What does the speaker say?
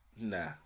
Nah